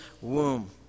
womb